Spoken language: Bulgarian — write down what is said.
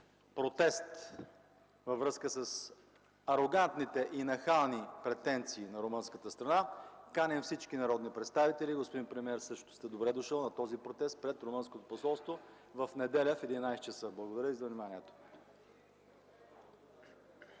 протест във връзка с арогантните и нахални претенции на румънската страна. Каним всички народни представители, господин премиер, също сте добре дошъл на този протест пред румънското посолство в неделя в 11,00 ч. Благодаря ви за вниманието.